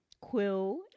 Quill